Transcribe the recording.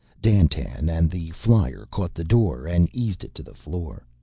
dandtan and the flyer caught the door and eased it to the floor.